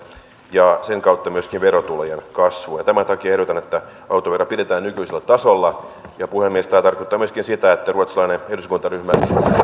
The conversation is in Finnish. ja sen kautta myöskin verotulojen kasvuun ja tämän takia ehdotan että autovero pidetään nykyisellä tasolla ja puhemies tämä tarkoittaa myöskin sitä että ruotsalainen eduskuntaryhmä yhtyy